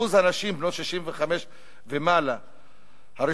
אחוז הנשים בנות 65 ומעלה הרשומות